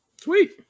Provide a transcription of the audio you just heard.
sweet